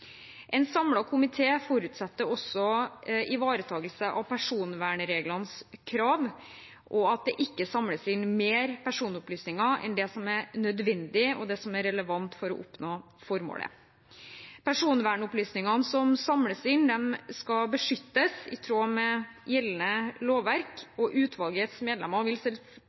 En samlet komité forutsetter også ivaretagelse av personvernreglenes krav, og at det ikke samles inn mer personopplysninger enn det som er nødvendig og relevant for å oppnå formålet. Personvernopplysningene som samles inn, skal beskyttes i tråd med gjeldende lovverk. Utvalgets medlemmer